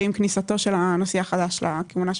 ועם כניסתו של הנשיא החדש לכהונה שלו.